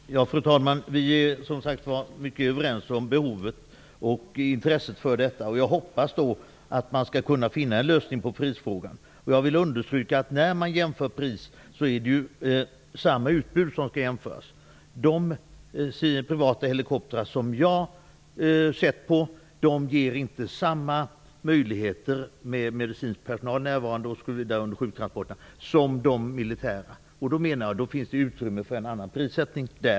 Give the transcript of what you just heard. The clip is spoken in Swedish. Fru talman! Försvarsministern och jag är som sagt mycket överens om behovet och om intresset för denna fråga. Jag hoppas att det skall gå att finna en lösning på prisfrågan. Jag vill understryka att när man jämför pris är det samma utbud som skall jämföras. De privata helikoptrar som jag har sett ger inte samma möjligheter att ha medicinsk personal närvarande under sjuktransporterna som de militära, och jag menar därför att det kanske skulle finnas utrymme för en annan prissättning.